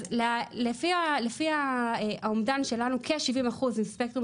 אז לפי האומדן שלנו כ-70 אחוז מספקטרום